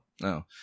No